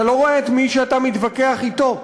אתה לא רואה את מי שאתה מתווכח אתו.